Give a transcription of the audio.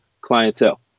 clientele